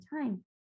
time